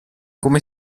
come